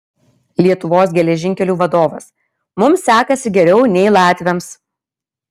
lietuvos geležinkelių vadovas mums sekasi geriau nei latviams